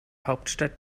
hauptstadt